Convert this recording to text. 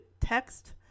text